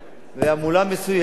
המולה מסוימת